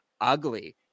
ugly